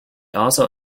also